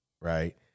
right